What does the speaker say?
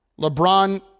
LeBron